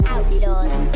Outlaws